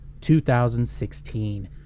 2016